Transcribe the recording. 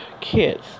kids